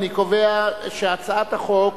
אני קובע שהצעת חוק